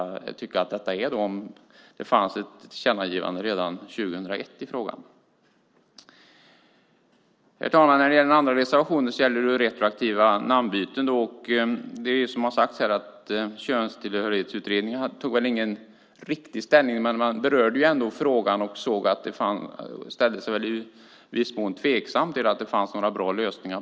Jag tycker att det är det i detta fall om det fanns ett tillkännagivande redan 2001 i frågan. Den andra reservationen gäller retroaktiva namnbyten. Som det har sagts här tog Könstillhörighetsutredningen ingen riktig ställning, men man berörde ändå frågan och ställde sig i viss mån tveksam till att det finns några bra lösningar.